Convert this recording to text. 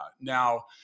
Now